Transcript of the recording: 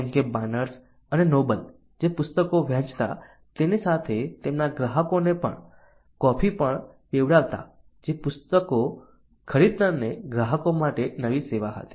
જેમ કે બાનર્સ અને નોબલ જે પુસ્તકો વહેચતા તેની સાથે તેમના ગ્રાહકો ને કોફી પણ પીવડાવતા જે પુસ્તકો ખરીદનાર ગ્રાહકો માટે નવી સેવા હતી